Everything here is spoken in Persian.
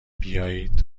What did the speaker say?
بیایید